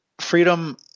freedom